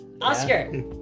Oscar